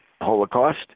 Holocaust